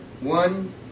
One